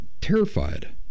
terrified